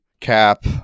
cap